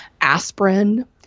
Aspirin